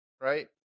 right